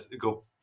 go